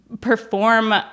perform